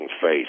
face